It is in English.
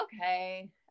okay